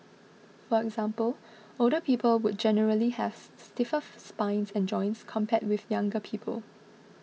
for example older people would generally have stiffer spines and joints compared with younger people